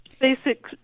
Basic